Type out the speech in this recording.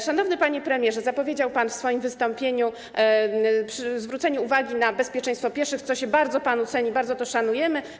Szanowny panie premierze, zapowiedział pan w swoim wystąpieniu zwrócenie uwagi na bezpieczeństwo pieszych, co się bardzo panu chwali, bardzo to szanujemy.